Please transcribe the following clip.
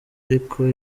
ariko